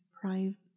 prized